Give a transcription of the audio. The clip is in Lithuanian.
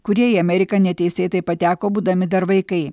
kurie į ameriką neteisėtai pateko būdami dar vaikai